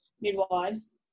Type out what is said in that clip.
midwives